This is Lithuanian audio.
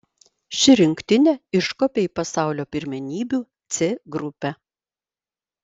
ši rinktinė iškopė į pasaulio pirmenybių c grupę